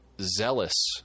zealous